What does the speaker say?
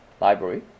library